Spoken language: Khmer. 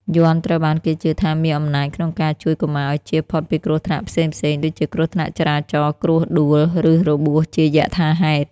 យ័ន្តត្រូវបានគេជឿថាមានអំណាចក្នុងការជួយកុមារឱ្យជៀសផុតពីគ្រោះថ្នាក់ផ្សេងៗ ដូចជាគ្រោះថ្នាក់ចរាចរណ៍ គ្រោះដួល ឬរបួសជាយថាហេតុ។